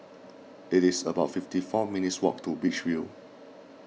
it is about fifty four minutes' walk to Beach View